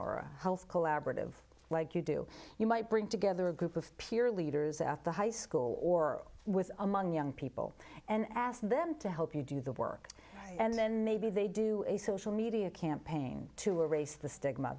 or health collaborative like you do you might bring together a group of peer leaders at the high school or with among young people and ask them to help you do the work and then maybe they do a social media campaign to erase the stigma